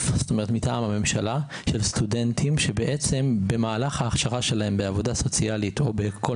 מטעם הממשלה של סטודנטים שבמהלך ההכשרה שלהם בעבודה סוציאלית או בכל